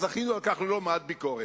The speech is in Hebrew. וזכינו על כך ללא מעט ביקורת.